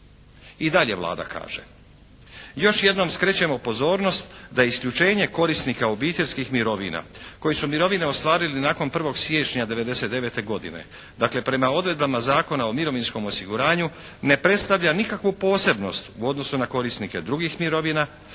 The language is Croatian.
I dalje Vlada kaže. Još jednom skrećemo pozornost da isključenje korisnika obiteljskih mirovina koji su mirovine ostvarili nakon 1. siječnja '99. godine dakle, prema odredbama Zakona o mirovinskom osiguranju ne predstavlja nikakvu posebnost u odnosu na korisnike drugih mirovina,